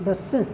बस